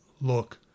look